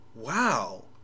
wow